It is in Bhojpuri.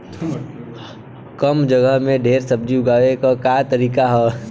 कम जगह में ढेर सब्जी उगावे क का तरीका ह?